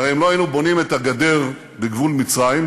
הרי אם לא היינו בונים את הגדר בגבול מצרים,